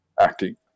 acting